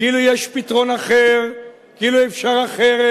כאילו יש פתרון אחר, כאילו אפשר אחרת.